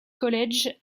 college